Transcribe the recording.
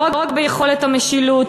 לא רק ביכולת המשילות,